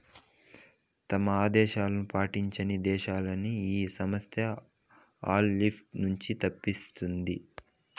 తమ ఆదేశాలు పాటించని దేశాలని ఈ సంస్థ ఆల్ల లిస్ట్ నుంచి తప్పిస్తాది